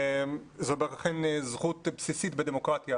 זו אכן זכות בסיסית בדמוקרטיה,